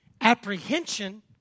apprehension